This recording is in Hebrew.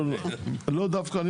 לא דווקא,